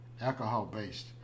alcohol-based